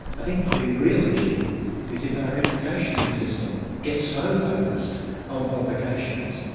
i think the real issue is if our educational system gets so focused on qualifications,